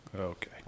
Okay